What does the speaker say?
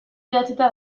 idatzita